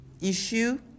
issue